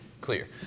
clear